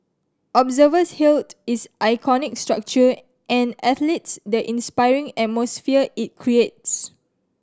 observers hailed its iconic structure and athletes the inspiring atmosphere it creates